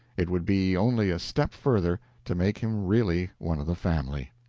it would be only a step further to make him really one of the family.